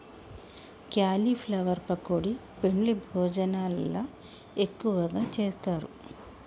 cauliflower pakoda పెండ్లి భోజనాలల్ల ఎక్కువగా చేస్తారు